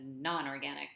non-organic